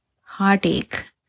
heartache